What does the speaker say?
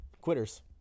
quitters